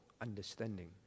understanding